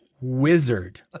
wizard